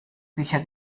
bücher